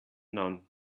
none